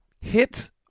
hit